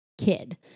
kid